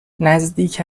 نزدیک